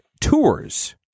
tours